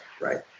right